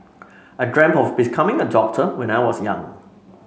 I dreamt of becoming a doctor when I was young